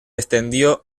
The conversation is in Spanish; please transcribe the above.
extendió